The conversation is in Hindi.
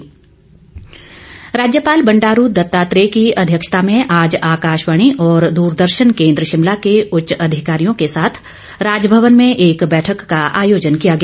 राज्यपाल राज्यपाल बंडारू दत्तात्रेय की अध्यक्षता में आज आकाशवाणी और द्रदर्शन केंद्र शिमला के उच्च अधिकारियों के साथ राजभवन में एक बैठक का आयोजन किया गया